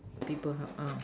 people help